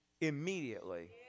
immediately